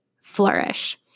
flourish